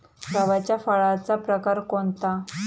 गव्हाच्या फळाचा प्रकार कोणता?